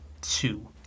two